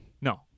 No